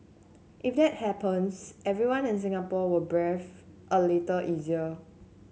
if that happens everyone in Singapore will breathe a little easier